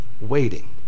waiting